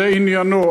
זה עניינו.